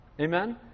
Amen